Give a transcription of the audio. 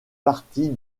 partie